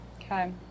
Okay